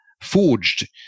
forged